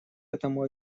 этому